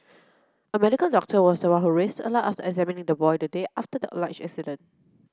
a medical doctor was one who raised the alarm after examining the boy the day after the alleged incident